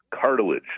cartilage